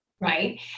right